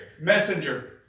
messenger